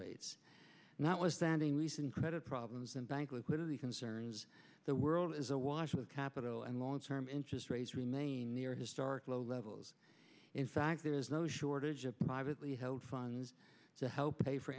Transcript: rates and that was standing recent credit problems and bank liquidity concerns the world is awash with capital and long term interest rates remain near historic low levels in fact there is no shortage of privately held funds to help pay for